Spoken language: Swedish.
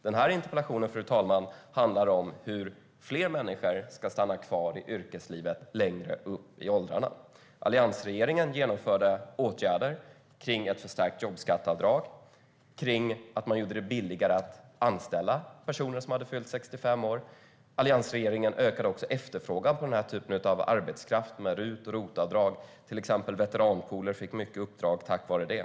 Den här interpellationen, fru talman, handlar om hur fler människor ska stanna kvar i yrkeslivet längre upp i åldrarna. Alliansregeringen genomförde åtgärder som handlade om ett förstärkt jobbskatteavdrag och om att man gjorde det billigare att anställa personer som hade fyllt 65 år. Alliansregeringen ökade också efterfrågan på den här typen av arbetskraft med RUT och ROT-avdrag. Till exempel fick veteranpooler många uppdrag tack vare det.